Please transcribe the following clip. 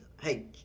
hey